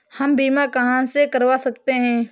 हम बीमा कहां से करवा सकते हैं?